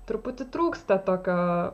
truputį trūksta tokio